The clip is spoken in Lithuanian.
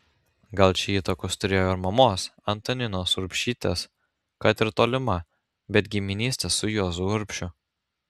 gal čia įtakos turėjo ir mamos antaninos urbšytės kad ir tolima bet giminystė su juozu urbšiu